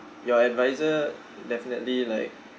your advisor definitely like